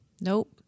nope